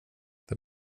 det